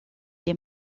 les